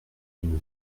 d’une